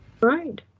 Right